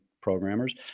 programmers